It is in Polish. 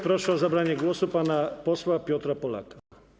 Proszę o zabranie głosu pana posła Piotra Polaka.